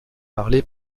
parlé